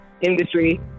industry